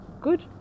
good